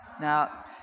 Now